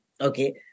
okay